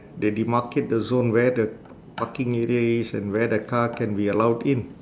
they demarcate the zone where the parking area is and where the car can be allowed in